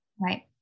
Right